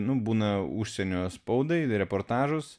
nu būna užsienio spaudai reportažus